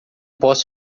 posso